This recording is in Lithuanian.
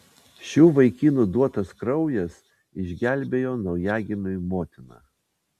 šių vaikinų duotas kraujas išgelbėjo naujagimiui motiną